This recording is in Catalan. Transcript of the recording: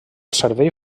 servei